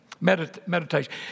meditation